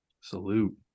Salute